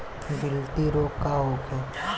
गिल्टी रोग का होखे?